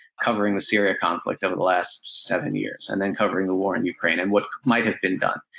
covering the syria conflict over the last seven years. and then covering the war in ukraine, and what might have been done.